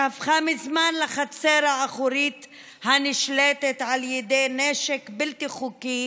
שהפכה מזמן לחצר האחורית הנשלטת על ידי נשק בלתי חוקי